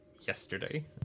yesterday